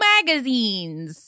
Magazines